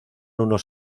unos